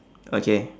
okay